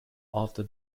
after